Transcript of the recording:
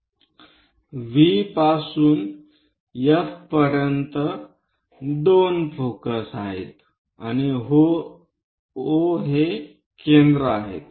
V पासून F पर्यंत 2 focus आहे आणि O हे केंद्र आहे